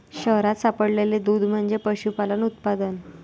शहरात सापडलेले दूध म्हणजे पशुपालन उत्पादन